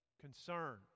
Concern